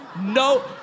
No